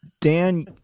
Dan